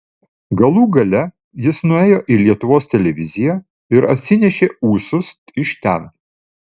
galų gale jis nuėjo į lietuvos televiziją ir atsinešė ūsus iš ten